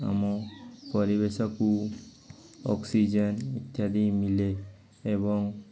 ଆମ ପରିବେଶକୁ ଅକ୍ସିଜେନ୍ ଇତ୍ୟାଦି ମିଳେ ଏବଂ